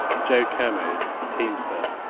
joe kermode, a teamster,